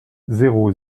zéro